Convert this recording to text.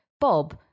Bob